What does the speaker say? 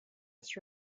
its